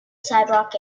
sidewalk